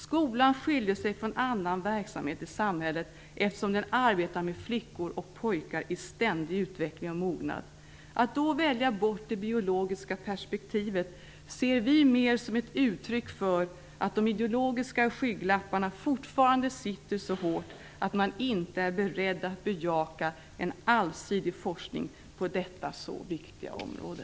Skolan skiljer sig från annan verksamhet i samhället eftersom den arbetar med flickor och pojkar i ständigt utveckling och mognad. Att då välja bort det biologiska perspektivet ser vi mer som ett uttryck för att de ideologiska skygglapparna fortfarande sitter så hårt att man inte är beredd att bejaka en allsidig forskning på detta så viktiga område.